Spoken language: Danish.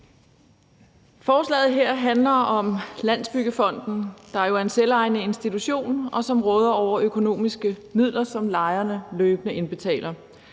Forslaget her handler om, at Landsbyggefonden, der jo er en selvejende institution, og som råder over økonomiske midler, som lejerne løbende indbetaler,